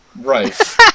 Right